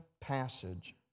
passage